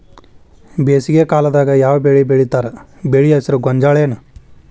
ಬೇಸಿಗೆ ಕಾಲದಾಗ ಯಾವ್ ಬೆಳಿ ಬೆಳಿತಾರ, ಬೆಳಿ ಹೆಸರು ಗೋಂಜಾಳ ಏನ್?